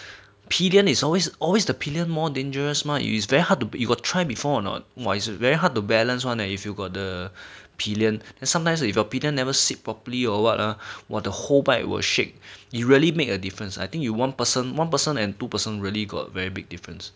pillion is always always the pillion more dangerous mah it is very hard you will try before not is it's very hard to balance one eh if you got the pillion and sometimes if your pillion never sit properly or what ah !wah! the whole bike will shake you really make a difference I think you one person one person and two person really got very big difference